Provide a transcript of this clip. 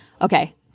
Okay